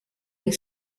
your